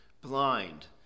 blind